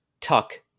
tuck